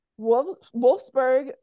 Wolfsburg